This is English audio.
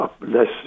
less